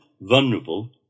vulnerable